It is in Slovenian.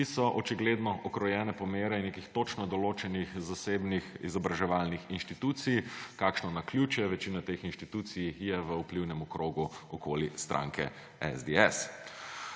ki so očigledno ukrojene po meri nekih točno določenih zasebnih izobraževalnih inštitucij. Kakšno naključje, večina teh institucij je v vplivnem krogu okoli stranke SDS.